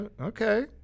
Okay